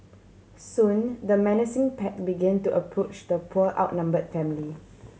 soon the menacing pack begin to approach the poor outnumbered family